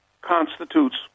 constitutes